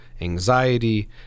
anxiety